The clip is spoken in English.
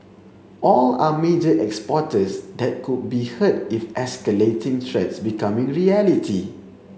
all are major exporters that could be hurt if escalating threats become reality